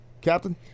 Captain